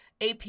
AP